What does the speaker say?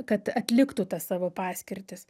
kad atliktų tas savo paskirtis